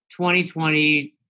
2020